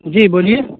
جی بولیے